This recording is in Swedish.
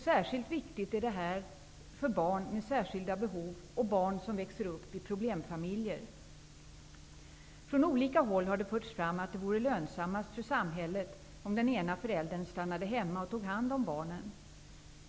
Särskilt viktigt är detta för barn med särskilda behov och för barn som växer upp i problemfamiljer. Från olika håll har förts fram att det vore lönsammast för samhället om den ena föräldern stannade hemma och tog hand om barnen.